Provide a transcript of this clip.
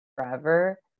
forever